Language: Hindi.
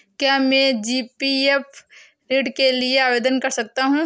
क्या मैं जी.पी.एफ ऋण के लिए आवेदन कर सकता हूँ?